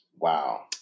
Wow